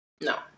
no